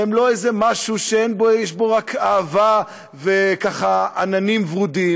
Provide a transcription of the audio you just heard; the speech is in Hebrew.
והם לא איזה משהו שיש בו רק אהבה וככה עננים ורודים.